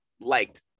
liked